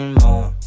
more